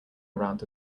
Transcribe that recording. around